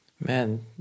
Man